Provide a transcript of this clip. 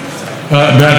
כשנכנסתי לכנסת,